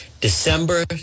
December